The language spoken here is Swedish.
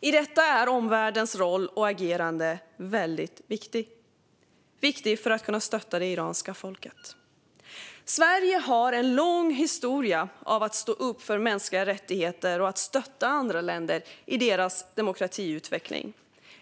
I detta är omvärldens roll och agerande väldigt viktigt för att kunna stötta det iranska folket. Sverige har en lång historia av att stå upp för mänskliga rättigheter och att stötta andra länder i deras demokratiutveckling.